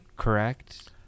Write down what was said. Correct